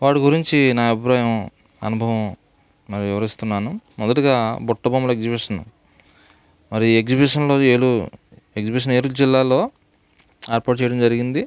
వాటి గురించి నా అభిప్రాయం అనుభవం మరియు వివరిస్తున్నాను మొదటిగా బుట్ట బొమ్మల ఎగ్జిబిషన్ మరి ఈ ఎగ్జిబిషన్లో ఏలూరు ఎగ్జిబిషన్ ఏలూరు జిల్లాలో ఏర్పాటు చేయడం జరిగింది